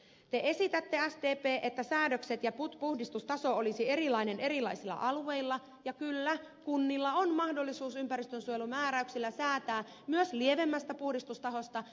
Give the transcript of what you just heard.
te esitätte sdp että säädökset ja puhdistustaso olisivat erilaiset erilaisilla alueilla ja kyllä kunnilla on mahdollisuus ympäristönsuojelumääräyksillä säätää myös lievemmästä puhdistustasosta